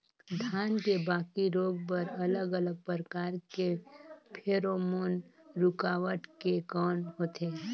धान के बाकी रोग बर अलग अलग प्रकार के फेरोमोन रूकावट के कौन होथे?